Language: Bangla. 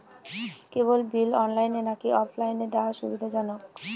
কেবল বিল অনলাইনে নাকি অফলাইনে দেওয়া সুবিধাজনক?